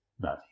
No